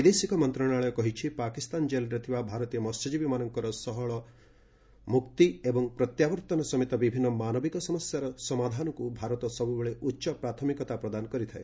ବୈଦେଶିକ ମନ୍ତ୍ରଣାଳୟ କହିଛି ପାକିସ୍ତାନ ଜେଲ୍ରେ ଥିବା ଭାରତୀୟ ମହ୍ୟଜୀବୀମାନଙ୍କର ସହଳ ମୁକ୍ତି ଏବଂ ପ୍ରତ୍ୟାବର୍ଭନ ସମେତ ବିଭିନ୍ନ ମାନବିକ ସମସ୍ୟାର ସମାଧାନକୁ ଭାରତ ସବୁବେଳେ ଉଚ୍ଚ ପ୍ରାଥମିକତା ପ୍ରଦାନ କରିଥାଏ